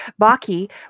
Baki